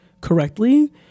correctly